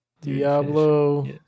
Diablo